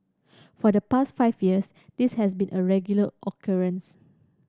for the past five years this has been a regular occurrence